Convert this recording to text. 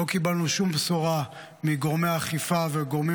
לא קיבלנו שום בשורה מגורמי האכיפה והגורמים